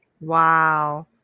Wow